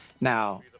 Now